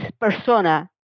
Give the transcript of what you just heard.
persona